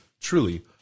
truly